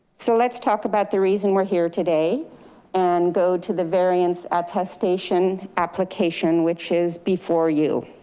so let's talk about the reason we're here today and go to the variance attestation application, which is before you.